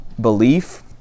belief